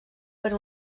per